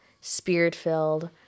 spirit-filled